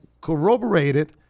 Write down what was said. corroborated